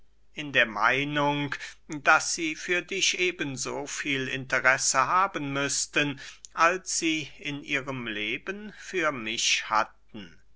in der meinung daß sie für dich eben so viel interesse haben müßten als sie in ihrem leben für mich hatten